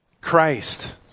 Christ